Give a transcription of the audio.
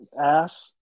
ass